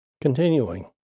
Continuing